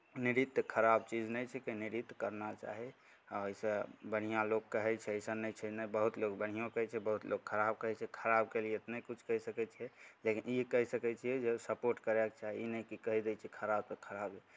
नृत्य खराब चीज नहि छिकै नृत्य करना चाही आ ओहिसँ बढ़िआँ लोक कहै छै अइसन नहि छै नहि बहुत लोक बढ़िओँ कहै छै बहुत लोक खराब कहै छै खराबके लिए तऽ नहि किछु कहि सकै छियै लेकिन ई कहि सकै छियै जे सपोर्ट करयके चाही ई नहि कि कहि दै कि खराब तऽ खराबे